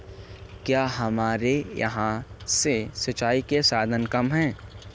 क्या हमारे यहाँ से सिंचाई के साधन कम है?